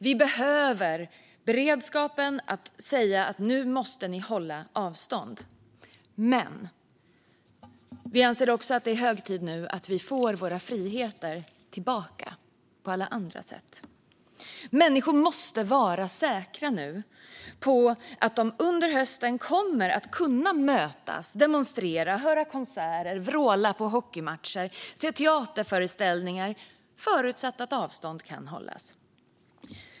Vi behöver beredskapen att säga: Nu måste ni hålla avstånd! Men vi anser också att det nu är hög tid att vi får våra friheter tillbaka på alla andra sätt. Människor måste nu vara säkra på att de under hösten kommer att kunna mötas, demonstrera, höra konserter, vråla på hockeymatcher och se teaterföreställningar - förutsatt att avstånd kan hållas.